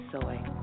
Soy